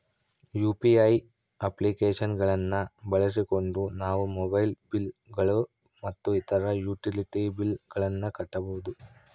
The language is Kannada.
ಯು.ಪಿ.ಐ ಅಪ್ಲಿಕೇಶನ್ ಗಳನ್ನ ಬಳಸಿಕೊಂಡು ನಾವು ಮೊಬೈಲ್ ಬಿಲ್ ಗಳು ಮತ್ತು ಇತರ ಯುಟಿಲಿಟಿ ಬಿಲ್ ಗಳನ್ನ ಕಟ್ಟಬಹುದು